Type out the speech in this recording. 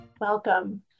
Welcome